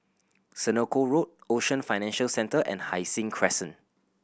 Senoko Road Ocean Financial Centre and Hai Sing Crescent